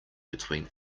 between